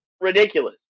ridiculous